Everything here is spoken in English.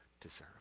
deserve